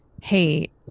hey